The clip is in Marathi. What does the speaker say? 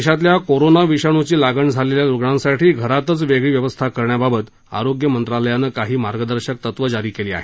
देशातल्या कोरोना विषाणूची लागण झालेल्या रुग्णांसाठी घरातच वेगळी व्यवस्था करण्याबाबत आरोग्य मंत्रालयानं काही मार्गदर्शक तत्वं जारी केली आहेत